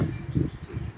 ah